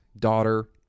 daughter